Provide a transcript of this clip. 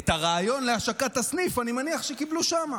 את הרעיון להשקת הסניף אני מניח שקיבלו שם,